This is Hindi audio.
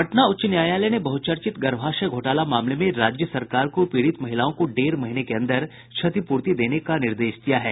पटना उच्च न्यायालय ने बहचर्चित गर्भाशय घोटाला मामले में राज्य सरकार को पीड़ित महिलाओं को डेढ़ महीने के अन्दर क्षतिपूर्ति देने का निर्देश दिया है